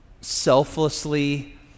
selflessly